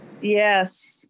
Yes